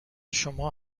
شما